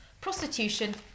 prostitution